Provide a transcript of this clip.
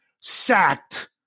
sacked